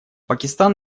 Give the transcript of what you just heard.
пакистан